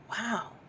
wow